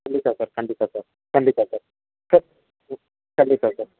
ಖಂಡಿತ ಸರ್ ಖಂಡಿತ ಸರ್ ಖಂಡಿತ ಸರ್ ಸರ್ ಖಂಡಿತ ಸರ್